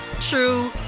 true